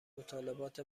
مطالبات